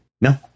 No